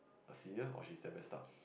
a senior or she is damn messed up